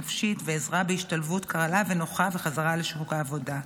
נפשית ובעזרה בהשתלבות קלה ונוחה וחזרה לשוק העבודה.